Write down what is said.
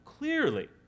Clearly